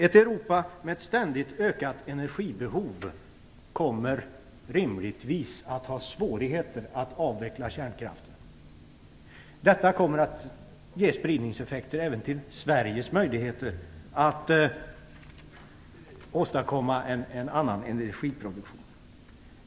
Ett Europa med ett ständigt ökat energibehov kommer rimligtvis att ha svårigheter att avveckla kärnkraften. Det kommer att få spridningseffekter även på Sveriges möjligheter att åstadkomma en annan energiproduktion.